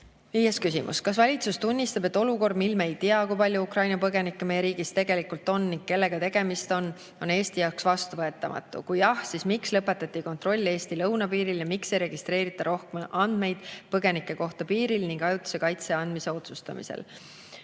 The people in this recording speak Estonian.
Viies küsimus: "Kas valitsus tunnistab, et olukord, mil me ei tea, kui palju Ukraina põgenikke meie riigis tegelikult on ning kellega on tegemist, on Eesti jaoks vastuvõetamatu? Kui jah, siis miks lõpetati kontroll Eesti lõunapiiril ja miks ei registreerita rohkem andmeid põgenike kohta piiril ning ajutise kaitse andmise otsustamisel?"